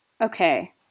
Okay